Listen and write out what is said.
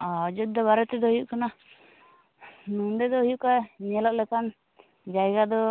ᱚᱨ ᱚᱡᱳᱫᱽᱫᱷᱟ ᱵᱟᱨᱮᱛᱮᱫᱚ ᱦᱩᱭᱩᱜ ᱠᱟᱱᱟ ᱱᱚᱸᱰᱮ ᱫᱚ ᱦᱩᱭᱩᱜ ᱠᱷᱟᱡ ᱧᱮᱞᱚᱜ ᱞᱮᱠᱟᱱ ᱡᱟᱭᱜᱟ ᱫᱚ